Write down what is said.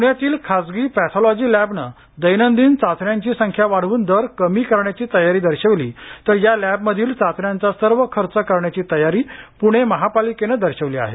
पण्यातील खासगी पॅथॉलॉजी लॅबने दैनंदिन चाचण्यांची संख्या वाढव्न दर कमी करण्याची तयारी दर्शवली तर या लॅबमधील चाचण्यांचा सर्व खर्च करण्याची तयारी प्णे महापालिकेनं दर्शवली आहे